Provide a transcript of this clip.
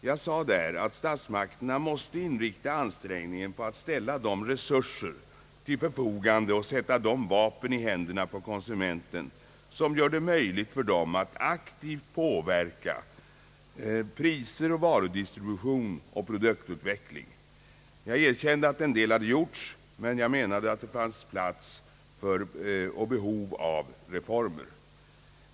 Jag sade att statsmakterna måste inrikta ansträngningarna att ställa de resurser till förfogande och sätta de vapen i händerna på konsumenterna som gör det möjligt för dem att aktivt påverka priser, varudistribution och produktutveckling. Jag erkände att en del hade gjorts, men jag menade att det fanns plats för och behov av reformer.